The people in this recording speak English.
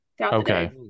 Okay